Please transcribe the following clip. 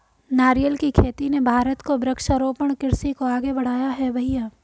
नारियल की खेती ने भारत को वृक्षारोपण कृषि को आगे बढ़ाया है भईया